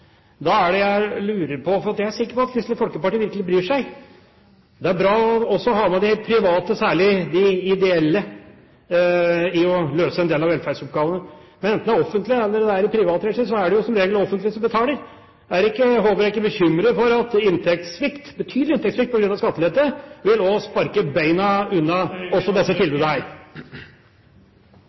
Da er det jeg lurer på – for jeg er sikker på at Kristelig Folkeparti virkelig bryr seg – om det ikke er bra også å ha med de private, særlig de ideelle, for å løse en del av velferdsoppgavene. Men enten det er i offentlig regi, eller det er i privat regi, er det som regel det offentlige som betaler. Er ikke Håbrekke bekymret for at betydelig inntektssvikt på grunn av skattelette, også vil sparke beina under disse